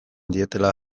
dietela